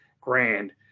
grand